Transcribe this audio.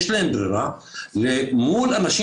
אל תיתן יד לזה, תגרע את השטח.